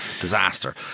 Disaster